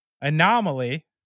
anomaly